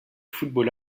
football